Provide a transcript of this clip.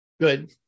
Good